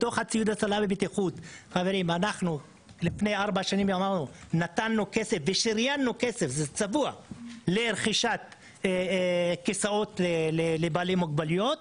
אנחנו לפני ארבע שנים נתנו ושריינו כסף לרכישת כסאות לבעלי מוגבלויות